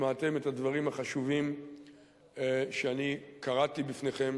שמעתם את הדברים החשובים שאני קראתי בפניכם,